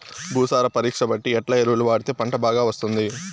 భూసార పరీక్ష బట్టి ఎట్లా ఎరువులు వాడితే పంట బాగా వస్తుంది?